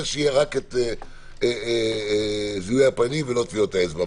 שיהיה רק זיהוי הפנים ולא טביעות האצבע.